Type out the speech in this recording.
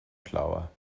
schlauer